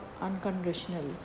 unconditional